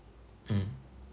mm